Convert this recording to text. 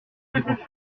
livre